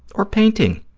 or painting,